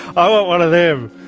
i want one of them!